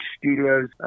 Studios